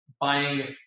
buying